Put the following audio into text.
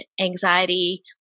anxiety